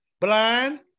Blind